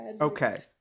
Okay